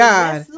God